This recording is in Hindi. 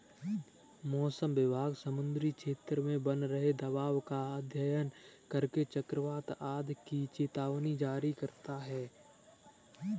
मौसम विभाग समुद्री क्षेत्र में बन रहे दबाव का अध्ययन करके चक्रवात आदि की चेतावनी जारी करता है